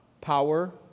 power